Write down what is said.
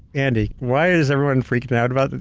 andy, why is everyone freaking out about it?